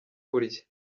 kurya